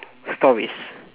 stories